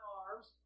arms